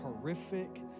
horrific